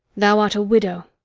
thou art a widow,